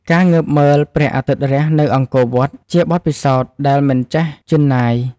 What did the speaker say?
ការងើបមើលព្រះអាទិត្យរះនៅអង្គរវត្តជាបទពិសោធន៍ដែលមិនចេះជឿនណាយ។